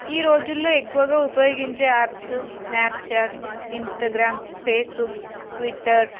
ఈ రోజుల్లో ఎక్కువగా ఉపయోగించే apps Snapchat Instagram Facebook Twitter